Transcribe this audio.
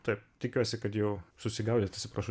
taip tikiuosi kad jau susigaudėt atsiprašau